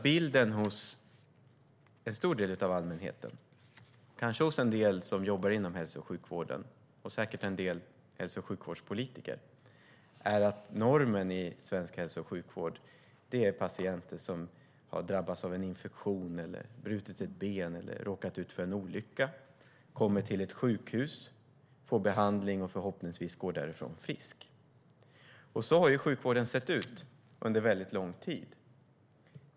Bilden hos en stor del av allmänheten och kanske hos en del som jobbar inom hälso och sjukvården och säkert en del hälso och sjukvårdspolitiker är att normen i svensk hälso och sjukvård är patienter som har drabbats av en infektion, brutit ett ben eller råkat ut för en olycka. De kommer till ett sjukhus, får behandling och går förhoppningsvis därifrån friska. Så har sjukvården sett ut under väldigt lång tid.